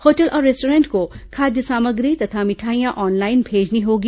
hotel और restaurant को खाद्य सामग्री तथा मिठाइयां ऑनलाइन भेजनी होगी